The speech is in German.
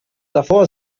davor